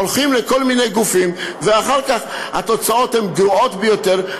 הולכים לכל מיני גופים ואחר כך התוצאות הן גרועות ביותר,